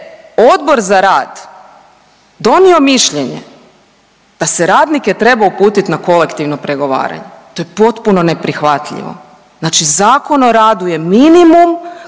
Odbor za rad donio mišljenje da se radnike treba uputiti na kolektivno pregovaranje. To je potpuno neprihvatljivo. Znači Zakon o radu je minimum